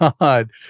God